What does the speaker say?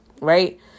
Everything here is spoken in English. Right